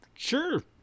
Sure